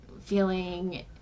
feeling